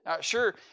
Sure